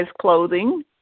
clothing